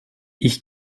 ich